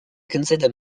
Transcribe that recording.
consider